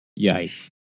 Yikes